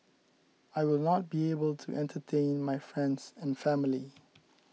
I will not be able to entertain my friends and family